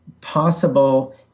possible